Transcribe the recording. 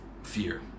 Fear